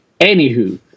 Anywho